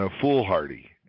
foolhardy